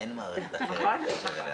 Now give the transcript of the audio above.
אין מערכת אחרת להתקשר אליה.